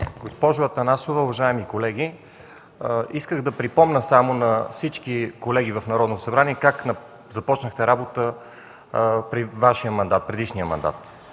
Госпожо Атанасова, уважаеми колеги! Исках да припомня само на всички колеги в Народното събрание как започнахте работа при Вашия мандат, в предишния мандат.